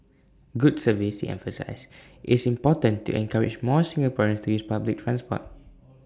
good service he emphasised is important to encourage more Singaporeans to use public transport